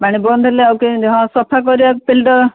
ପାଣି ବନ୍ଦ ହେଲେ ଆଉ କେମିତି ହଁ ସଫା କରିବାକୁ ଫିଲ୍ଟର